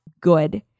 Good